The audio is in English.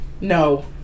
no